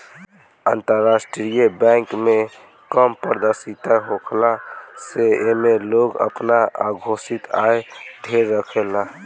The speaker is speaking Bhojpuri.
अंतरराष्ट्रीय बैंक में कम पारदर्शिता होखला से एमे लोग आपन अघोषित आय ढेर रखेला